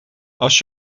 als